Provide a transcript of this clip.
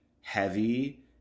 heavy